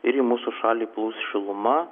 ir į mūsų šalį plūs šiluma